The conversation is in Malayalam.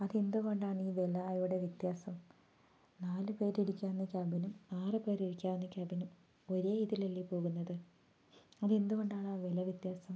അതെന്തുകൊണ്ടാണ് ഈ വില ഇവിടെ വ്യത്യാസം നാലുപേർ ഇരിക്കാവുന്ന ക്യാബിനും ആറുപേർ ഇരിക്കാവുന്ന ക്യാബിനും ഒരേ ഇതിലല്ലേ പോകുന്നത് അത് എന്തുകൊണ്ടാണ് ആ വില വ്യത്യാസം